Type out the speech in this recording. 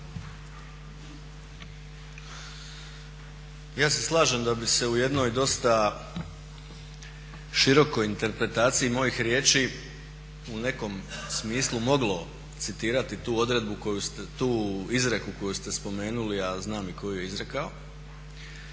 Ja se slažem da bi se u jednoj dosta širokoj interpretaciji mojih riječi u nekom smislu moglo citirati tu izreku koju ste spomenuli, a znam tko ju je i izrekao,